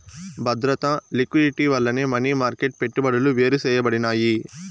బద్రత, లిక్విడిటీ వల్లనే money market పెట్టుబడులు వేరుసేయబడినాయి